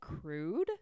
crude